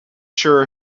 sure